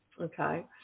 okay